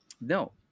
No